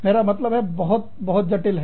मेरा मतलब है बहुत बहुत जटिल है